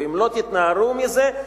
ואם לא תתנערו מזה,